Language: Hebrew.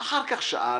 / אחר כך שאל: